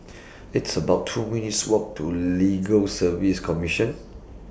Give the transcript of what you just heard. It's about two minutes' Walk to Legal Service Commission